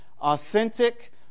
authentic